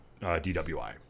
DWI